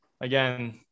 again